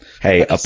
Hey